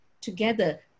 together